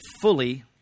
fully